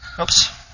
Oops